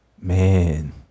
Man